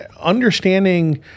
understanding